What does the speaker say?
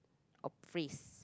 or phrase